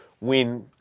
win